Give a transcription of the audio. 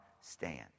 stand